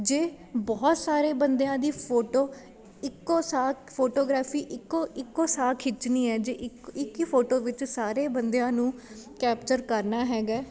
ਜੇ ਬਹੁਤ ਸਾਰੇ ਬੰਦਿਆਂ ਦੀ ਫੋਟੋ ਇੱਕੋ ਸਾਹ ਫੋਟੋਗ੍ਰਾਫੀ ਇੱਕੋ ਇੱਕੋ ਸਾਹ ਖਿੱਚਣੀ ਹੈ ਜੇ ਇੱਕ ਇੱਕ ਹੀ ਫੋਟੋ ਵਿੱਚ ਸਾਰੇ ਬੰਦਿਆਂ ਨੂੰ ਕੈਪਚਰ ਕਰਨਾ ਹੈਗਾ